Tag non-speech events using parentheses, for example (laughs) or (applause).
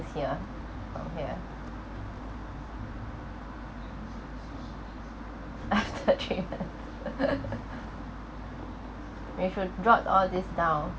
here from here after three month (laughs) we should wrote all this down